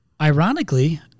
ironically